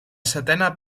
setena